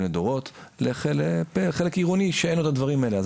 לדורות לחלק עירוני שאין לו את הדברים האלה,